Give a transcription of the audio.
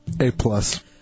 A-plus